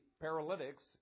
paralytics